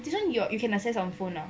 this one ya you can access on phone ah